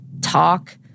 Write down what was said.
talk